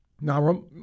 Now